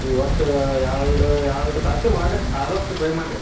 ನೀವು ಒಟ್ಟು ಎರಡು ಎರಡು ತಾಸಿನೊಳಗೆ ಆದಷ್ಟು ಟ್ರೈ ಮಾಡಿರಿ